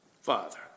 father